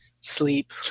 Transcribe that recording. sleep